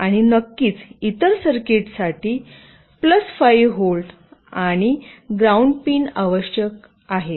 आणि नक्कीच इतर सर्किट्ससाठी 5 व्होल्ट आणि ग्राउंड पिन आवश्यक आहेत